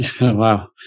Wow